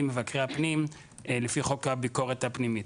מבקרי הפנים לפי חוק הביקורת הפנימית.